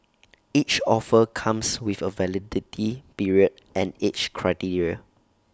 each offer comes with A validity period and age criteria